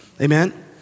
Amen